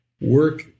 work